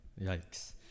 Yikes